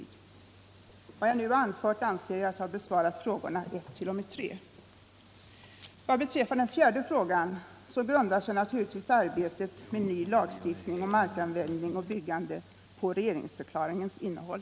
Med vad jag nu har anfört anser jag mig ha besvarat frågorna 1-3. Vad beträffar den fjärde frågan, så grundar sig naturligtvis arbetet med ny lagstiftning om markanvändning och byggande på regeringsförklaringens innehåll.